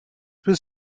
was